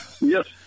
Yes